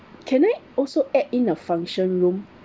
can I also add in a function room